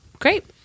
Great